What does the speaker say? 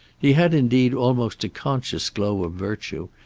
he had indeed almost a conscious glow of virtue,